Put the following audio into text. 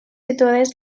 situades